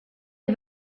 est